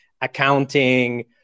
accounting